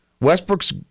Westbrook's